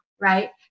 right